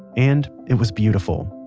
and it was beautiful.